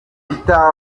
peter